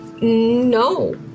No